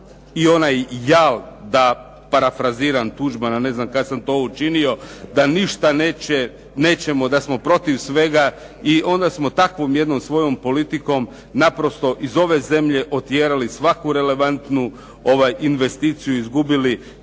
i onaj jal, da parafraziram Tuđmana, ne znam kada sam to učinio, da ništa nećemo, da smo protiv svega i onda smo takvom jednom svojom politikom naprosto iz ove zemlje otjerali svaku relevantnu investiciju i izgubili